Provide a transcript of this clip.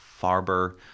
Farber